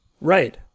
Right